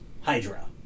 Hydra